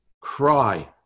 cry